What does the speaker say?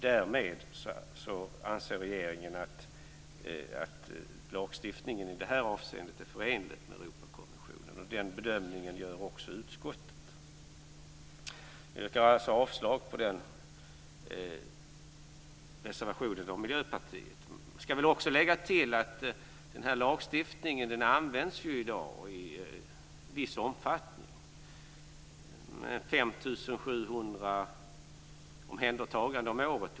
Därmed anser regeringen att lagstiftningen i detta avseende är förenlig med Europakonventionen, och den bedömningen gör också utskottet. Jag yrkar alltså avslag på reservationen från Miljöpartiet. Jag vill också tillägga att lagstiftningen används i dag i viss omfattning. Det rör sig ungefär om 5 700 omhändertaganden om året.